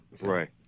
Right